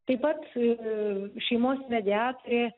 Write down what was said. taip pat šeimos mediatorė